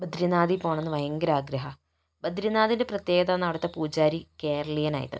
ബദ്രിനാഥിൽ പോകണം എന്ന് ഭയങ്കര ആഗ്രഹമാണ് ബദ്രിനാഥിൻ്റെ പ്രത്യേകതയാണ് അവിടത്തെ പൂജാരി കേരളീയനായത്